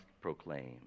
proclaim